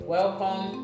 Welcome